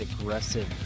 aggressive